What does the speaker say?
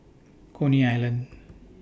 Coney Island